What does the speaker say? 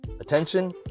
attention